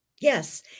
Yes